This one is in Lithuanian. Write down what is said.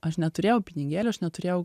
aš neturėjau pinigėlių aš neturėjau